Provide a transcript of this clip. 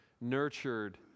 nurtured